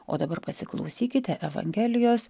o dabar pasiklausykite evangelijos